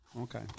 Okay